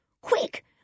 quick